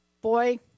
boy